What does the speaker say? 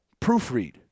proofread